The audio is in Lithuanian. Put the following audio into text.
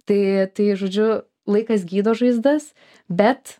tai tai žodžiu laikas gydo žaizdas bet